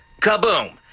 Kaboom